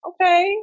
okay